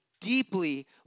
deeply